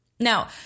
Now